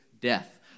death